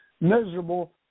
miserable